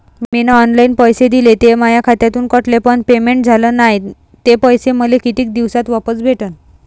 मीन online पैसे दिले, ते माया खात्यातून कटले, पण पेमेंट झाल नायं, ते पैसे मले कितीक दिवसात वापस भेटन?